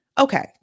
Okay